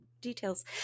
details